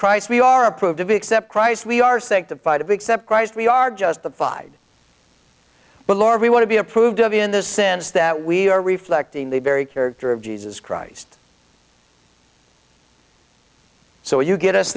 christ we are approved of except christ we are sanctified except christ we are justified but we want to be approved of in the sense that we are reflecting the very character of jesus christ so you get us